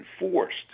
enforced